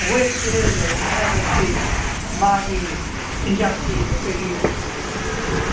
ꯋꯦꯠꯁꯦ ꯂꯩꯅꯅꯕꯁꯤ ꯃꯥꯒꯤ ꯆꯤꯟꯖꯥꯛꯁꯤ ꯑꯩꯈꯣꯏꯒꯤ ꯎꯝ